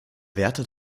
wärter